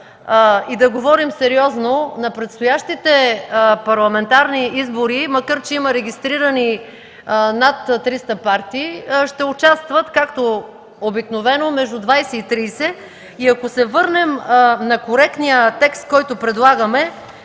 и да говорим сериозно. На предстоящите парламентарни избори, макар че има регистрирани над 300 партии, както обикновено ще участват между 20 и 30. Ако се върнем на коректния текст, който предлагаме,